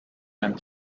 and